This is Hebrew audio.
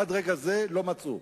עד לרגע זה לא מצאו.